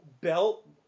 belt